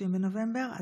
בנובמבר.